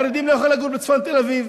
החרדים לא יכולים לגור בצפון תל-אביב.